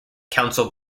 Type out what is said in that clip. council